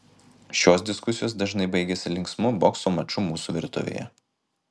šios diskusijos dažnai baigiasi linksmu bokso maču mūsų virtuvėje